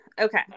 Okay